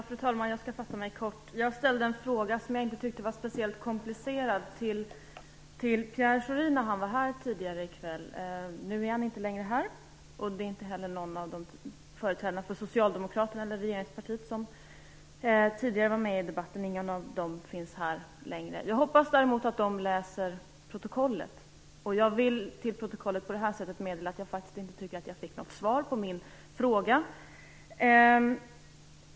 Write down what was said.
Fru talman! Jag skall fatta mig kort. Jag ställde en fråga som jag inte tyckte var speciellt komplicerad till Pierre Schori tidigare i kväll. Nu är han inte längre här, och här finns heller ingen av de företrädare för regeringspartiet som tidigare deltog i debatten. Jag hoppas däremot att de läser protokollet. Till protokollet vill jag på det här sättet meddela att jag faktiskt inte tycker att jag fick något svar på frågan.